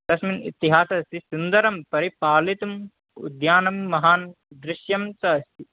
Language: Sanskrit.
तस्मिन् इतिहासः अस्ति सुन्दरं परिपालयितुम् उद्यानं महान् दृश्यं च अस्ति